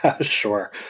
Sure